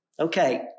Okay